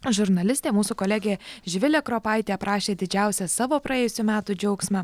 žurnalistė mūsų kolegė živilė kropaitė aprašė didžiausią savo praėjusių metų džiaugsmą